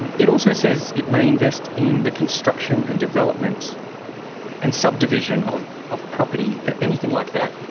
and it also says it may invest in the construction and development and subdivision of of property. anything like that?